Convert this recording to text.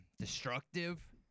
destructive